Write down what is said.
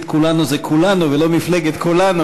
כולנו" התכוונת לכולנו ולא למפלגת כולנו,